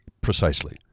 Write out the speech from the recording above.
Precisely